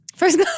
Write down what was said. First